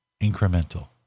incremental